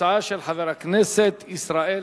הצעה של חבר הכנסת ישראל חסון.